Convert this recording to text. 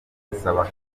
asaba